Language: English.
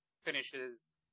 Finishes